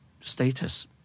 status